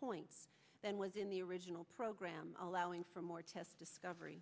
points than was in the original program allowing for more tests discovery